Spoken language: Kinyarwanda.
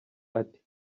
ati